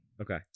Okay